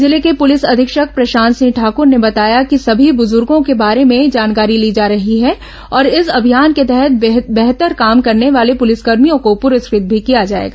जिले के पुलिस अधीक्षक प्रशांत सिंह ठाकूर ने बताया कि सभी बुजुर्गों के बारे में जानकारी ली जा रही है और इस अभियान के तहत बेहतर काम करने वाले पुलिसकर्मियों को पुरस्कृत भी किया जाएगा